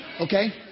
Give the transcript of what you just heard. Okay